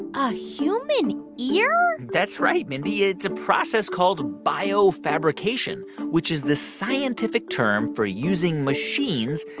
a human ear? that's right, mindy. it's a process called biofabrication, which is the scientific term for using machines,